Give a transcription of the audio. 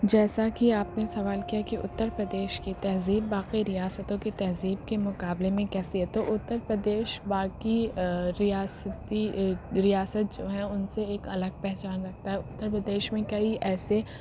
جیسا کی آپ نے سوال کیا کہ اتر پردیش کی تہذیب باقی ریاستوں کی تہذیب کے مقابلے میں کیسی ہے تو اتر پردیش باقی ریاستی ریاست جو ہیں ان سے ایک الگ پہچان رکھتا ہے اتر پردیش میں کئی ایسے